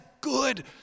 good